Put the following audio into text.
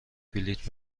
بلیط